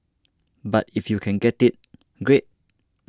but if you can get it great